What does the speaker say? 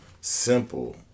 simple